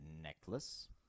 necklace